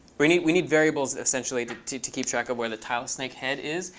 we need we need variables, essentially, to to keep track of where the tile snake head is.